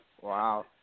Wow